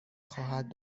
خواهد